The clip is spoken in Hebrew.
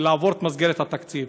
לעבור את מסגרת התקציב.